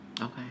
Okay